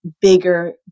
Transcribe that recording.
bigger